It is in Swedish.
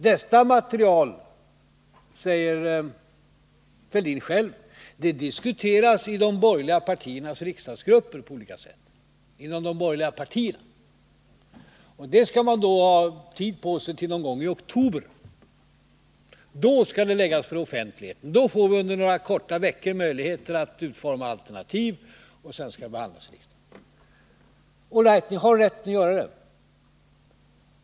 Detta material, säger herr Fälldin själv, diskuteras i de borgerliga partiernas riksdagsgrupper på olika sätt, och för den diskussionen inom de borgerliga partierna skall man ha tid på sig till någon gång i oktober. Då skall materialet läggas fram för offentligheten. Då får vi under några få veckor möjligheter att utforma alternativ, och sedan skall det behandlas i riksdagen. All right — ni har rätt att göra på detta sätt.